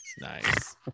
nice